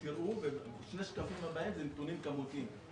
ושני שקפים הבאים זה נתונים כמותיים.